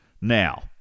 Now